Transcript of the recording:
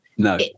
No